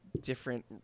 different